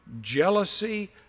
jealousy